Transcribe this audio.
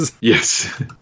Yes